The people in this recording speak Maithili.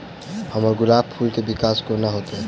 हम्मर गुलाब फूल केँ विकास कोना हेतै?